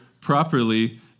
properly